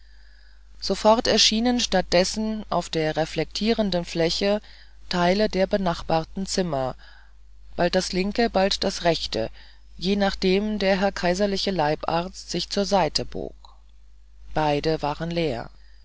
sofort erschienen statt dessen auf der reflektierenden fläche teile der benachbarten zimmer bald das linke bald das rechte je nachdem der herr kaiserliche leibarzt sich zur seite bog beide waren leer